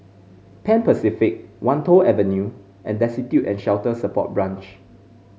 Pan Pacific Wan Tho Avenue and Destitute and Shelter Support Branch